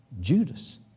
Judas